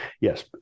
yes